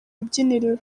rubyiniro